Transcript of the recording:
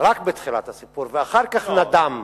רק בתחילת הסיפור, ואחר כך נדם.